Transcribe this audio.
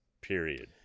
period